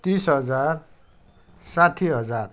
तिस हजार साठी हजार